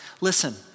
listen